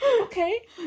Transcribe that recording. Okay